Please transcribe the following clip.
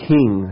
King